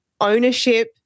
ownership